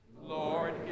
Lord